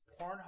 Pornhub